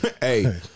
Hey